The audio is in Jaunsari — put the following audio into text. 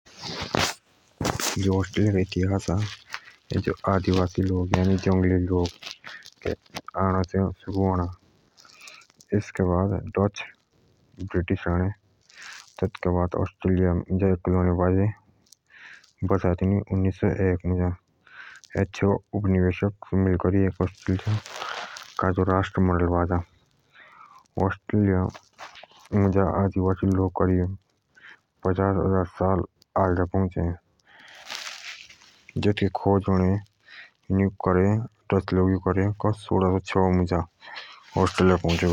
जो आस्ट्रेलिया का इतिहास अ एया आदीवासी यानि जंगली लोग आअणे एतुके बाद डच आअणे तब ब्रिटिश आअणे एतुके बाद आस्ट्रेलिया मुझ बस्ते बसाए तिनुई उन्निस स एक मुझ और तई उप निवेशक मिले करी आस्ट्रेलिया का एक राष्ट मंडल बाजा आस्ट्रेलिया मुझ आदिवासी लोग करिब पचास हजार साल आगे रेते आए एतुके खोज डच लोगूइ करे सोउड स छः मुझ।